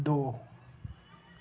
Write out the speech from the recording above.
دو